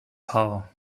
haar